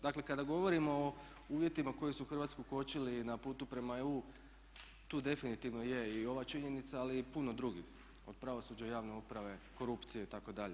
Dakle, kada govorimo o uvjetima koji su Hrvatsku kočili na putu prema EU tu definitivno je i ova činjenica ali i puno drugih, od pravosuđa, javne uprave, korupcije itd.